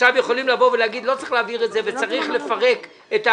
עכשיו יכולים להגיד: לא צריך להעביר את זה וצריך לפרק את ההעברות.